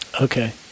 Okay